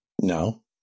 No